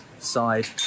Side